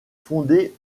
fondée